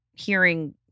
hearing